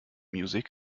music